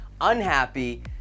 unhappy